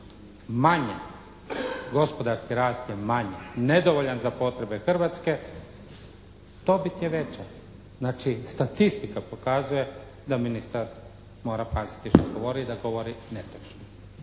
manje, gospodarski rast je manji. Nedovoljan za potrebe Hrvatske, dobit je veća. Znači, statistika pokazuje da ministar mora paziti što govori i da govori netočno.